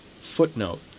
footnote